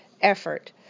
effort